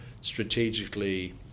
strategically